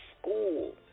school